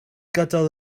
gadael